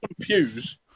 pews